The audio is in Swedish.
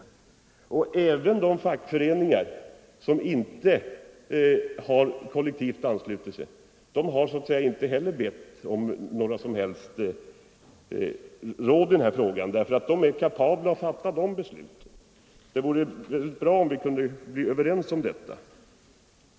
För övrigt har inte heller de fackföreningar som inte har kollektivt anslutit sig bett om några råd i den här frågan. De är kapabla att själva fatta besluten. Det vore bra om vi kunde bli överens om detta.